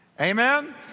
amen